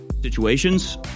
situations